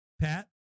Pat